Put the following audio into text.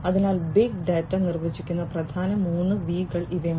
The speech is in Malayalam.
അതിനാൽ ബിഗ് ഡാറ്റ നിർവചിക്കുന്ന പ്രധാന 3 വികൾ ഇവയാണ്